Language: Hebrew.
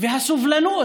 והסובלנות.